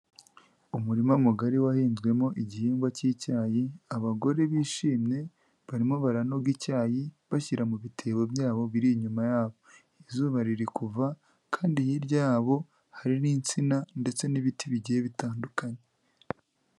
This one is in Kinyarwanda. Umurima mugari wahinzwemo igihingwa cy'icyayi, abagore bishimye, barimo baranoga icyayi, bashyira mu bitebo byabo, biri inyuma yabo. Izuba riri kuva, kandi hirya yabo, hari n'insina. ndetse n'ibiti bigiye bitandukanye.